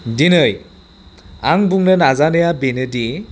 दिनै आं बुंनो नाजानाया बेनो दि